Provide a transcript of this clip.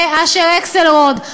ואשר אקסלרוד,